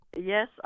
Yes